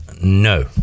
No